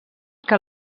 que